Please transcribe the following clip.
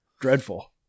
dreadful